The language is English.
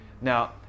Now